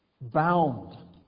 bound